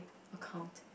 account